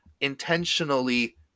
intentionally